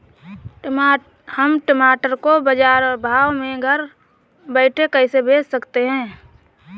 हम टमाटर को बाजार भाव में घर बैठे कैसे बेच सकते हैं?